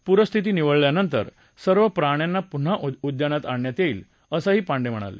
पूरस्थिती निवळल्यानंतर सर्व प्राण्यांना पुन्हा उद्यानात आणण्यात येईल असंही पांडे म्हणाले